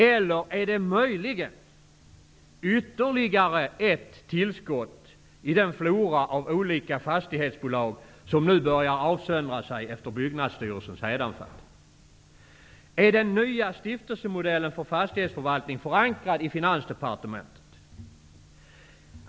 Eller, är detta möjligen ytterligare ett tillskott i den flora av olika fastighetsbolag som nu har börjat avsöndra sig efter Finansdepartementet?